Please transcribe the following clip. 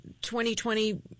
2020